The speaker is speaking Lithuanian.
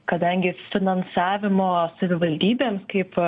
kadangi finansavimo savivaldybėms kaip